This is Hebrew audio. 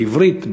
בעברית,